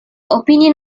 opinion